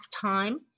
time